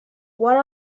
one